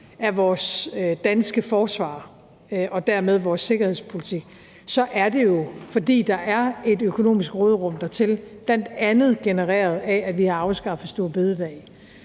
af vores danske forsvar og dermed vores sikkerhedspolitik, er det jo, fordi der er et økonomisk råderum dertil, bl.a. genereret af, at vi har afskaffet store bededag.